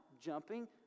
jumping